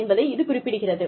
என்பதை இது குறிப்பிடுகிறது